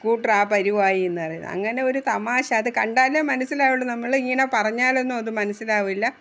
സ്കൂട്ടറാണ് പരിവമായി എന്നറിയുന്ന അങ്ങനെ ഒരു തമാശ അതു കണ്ടാലേ മനസ്സിലാകുകയുള്ളൂ നമ്മളിങ്ങനെ പറഞ്ഞാലൊന്നും അതു മനസ്സിലാകില്ല